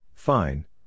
Fine